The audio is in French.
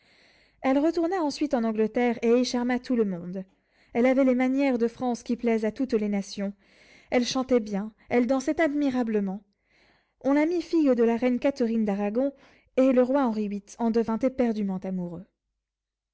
elle retourna ensuite en angleterre et y charma tout le monde elle avait les manières de france qui plaisent à toutes les nations elle chantait bien elle dansait admirablement on la mit fille de la reine catherine d'aragon et le roi henri viii en devint éperdument amoureux